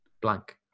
Blank